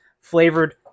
flavored